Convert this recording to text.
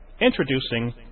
introducing